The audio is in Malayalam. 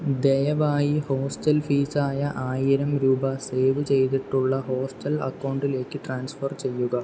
ദയവായി ഹോസ്റ്റൽ ഫീസായ ആയിരം രൂപ സേവ് ചെയ്തിട്ടുള്ള ഹോസ്റ്റൽ അക്കൗണ്ടിലേക്ക് ട്രാൻസ്ഫർ ചെയ്യുക